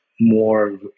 more